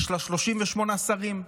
יש בה 38 שרים?